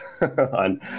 on